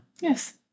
Yes